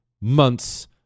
months